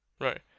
Right